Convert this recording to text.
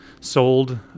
sold